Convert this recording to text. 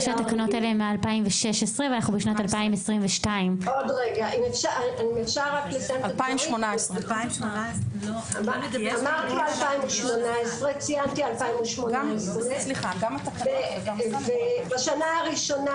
שהתקנות האלה הן מ-2016 ואנחנו בשנת 2022. 2018. בשנה הראשונה,